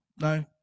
No